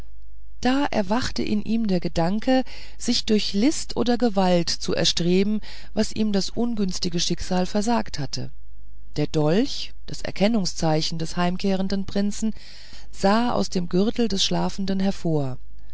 da erwachte in ihm der gedanke sich durch list oder gewalt zu erstreben was ihm das ungünstige schicksal versagt hatte der dolch das erkennungszeichen des heimkehrenden prinzen sah aus dem gürtel des schlafenden hervor